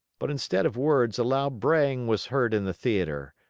but instead of words, a loud braying was heard in the theater,